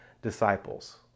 disciples